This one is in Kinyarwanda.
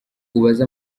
ubaze